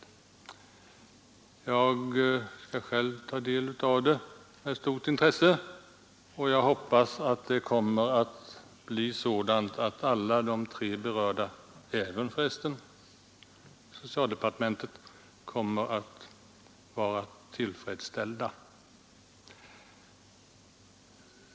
Jag skall själv studera det noga, och jag hoppas att det kommer att bli sådant att alla de tre berörda — för resten även socialdepartementet — kommer att vara tillfredsställda.